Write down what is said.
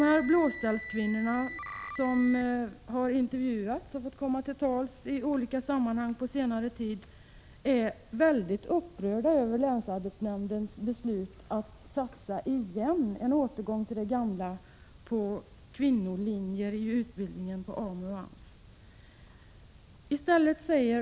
De Blåställskvinnor som har intervjuats och fått komma till tals i olika sammanhang på senare tid är mycket upprörda över länsarbetsnämndens beslut om en återgång till det gamla, dvs. att satsa på kvinnolinjer i utbildningen på AMU och AMS.